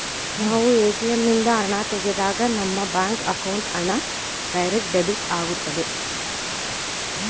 ನಾವು ಎ.ಟಿ.ಎಂ ನಿಂದ ಹಣ ತೆಗೆದಾಗ ನಮ್ಮ ಬ್ಯಾಂಕ್ ಅಕೌಂಟ್ ಹಣ ಡೈರೆಕ್ಟ್ ಡೆಬಿಟ್ ಆಗುತ್ತದೆ